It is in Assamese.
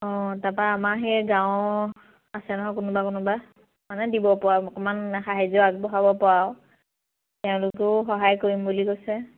অঁ তাৰপা আমাৰ সেই গাঁৱৰ আছে নহয় কোনোবা কোনোবা মানে দিব পৰা অকণমান সাহাৰ্য আগবঢ়াব পৰা আৰু তেওঁলোকেও সহায় কৰিম বুলি কৈছে